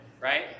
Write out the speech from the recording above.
right